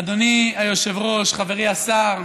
אדוני היושב-ראש, חברי השר,